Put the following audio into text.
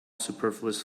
superfluous